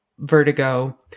vertigo